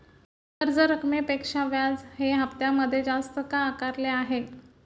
कर्ज रकमेपेक्षा व्याज हे हप्त्यामध्ये जास्त का आकारले आहे?